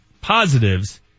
positives